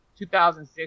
2006